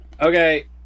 Okay